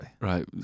Right